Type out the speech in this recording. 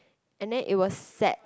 and then it will set